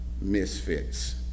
misfits